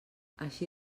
així